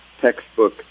textbook